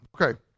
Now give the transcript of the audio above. Okay